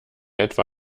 etwa